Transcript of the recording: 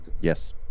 Yes